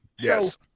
yes